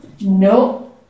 No